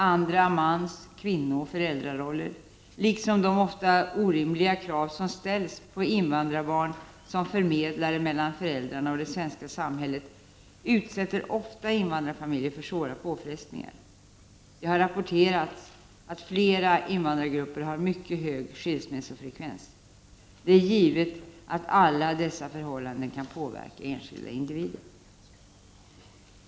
Andra mans-, kvinnooch föräldraroller, liksom de ofta orimliga krav som ställs på invandrarbarn som förmedlare mellan föräldrarna och det svenska samhället, utsätter ofta invandrarfamiljer för svåra påfrestningar. Det har rapporterats att flera invandrargrupper har mycket hög skilsmässofrekvens. Det är givet att alla dessa förhållanden kan påverka enskilda individer.